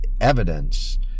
evidence